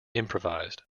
improvised